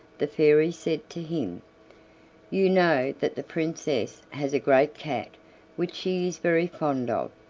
the fairy said to him you know that the princess has a great cat which she is very fond of.